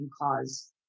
cause